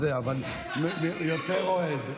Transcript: יותר אוהד.